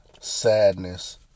sadness